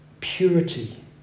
purity